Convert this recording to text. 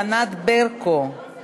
חבר הכנסת עמר בר-לב מצטרף.